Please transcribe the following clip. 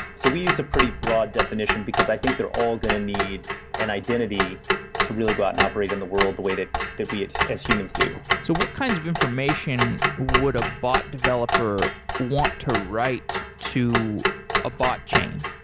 so we use a pretty broad definition, because i think they're all going to need an identity to really go out and operate in the world the way that that we as humans do so what kinds of information would a bot developer want to write to a botchain?